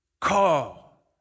call